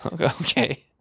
Okay